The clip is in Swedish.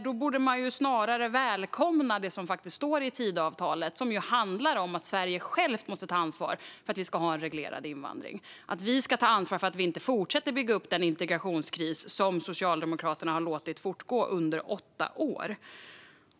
Då borde man snarare välkomna det som står i Tidöavtalet, som ju handlar om att vi i Sverige själva ska ta ansvar för att vi har en reglerad invandring och för att vi inte fortsätter att bygga upp den integrationskris som Socialdemokraterna har låtit fortgå under åtta år.